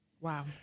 Wow